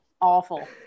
Awful